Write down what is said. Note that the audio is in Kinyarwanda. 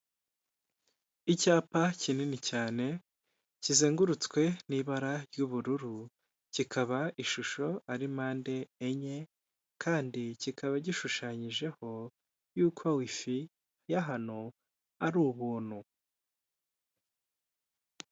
Icyapa kinini cyane kizengurutswe n'ibara ry'ubururu kikaba ishusho ari mpande enye kandi kikaba gishushanyijeho y'uko wifi ya hano ari ubuntu.